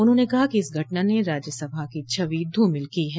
उन्होंने कहा कि इस घटना ने राज्यसभा की छवि धूमिल की है